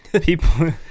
People